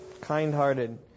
Kind-hearted